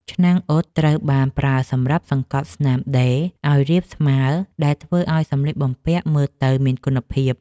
ឆ្នាំងអ៊ុតត្រូវបានប្រើសម្រាប់សង្កត់ស្នាមដេរឱ្យរាបស្មើ ដែលធ្វើឱ្យសម្លៀកបំពាក់មើលទៅមានគុណភាព ។